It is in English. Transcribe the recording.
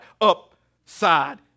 upside